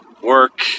Work